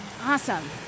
Awesome